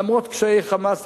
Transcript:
למרות קשיי "חמאס",